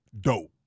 dope